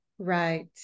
right